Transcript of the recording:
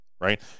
right